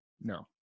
No